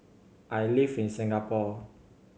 I live in Singapore